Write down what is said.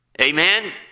Amen